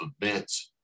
events